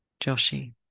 Joshi